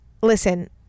listen